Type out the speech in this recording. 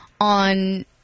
on